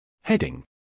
Heading